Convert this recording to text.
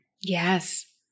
Yes